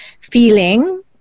feeling